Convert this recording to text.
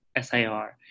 SIR